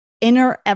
inner